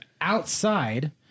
outside